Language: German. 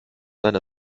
eine